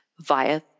via